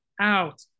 out